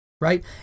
Right